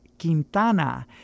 Quintana